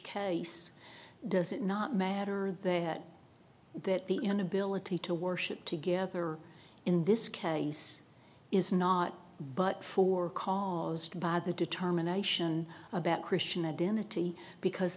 case does it not matter that the inability to worship together in this case is not but for caused by the determination about christian identity because